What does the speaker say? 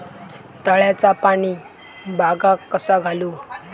तळ्याचा पाणी बागाक कसा घालू?